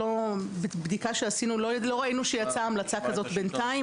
בבדיקה שעשינו לא ראינו שיצאה המלצה כזאת בינתיים,